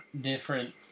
Different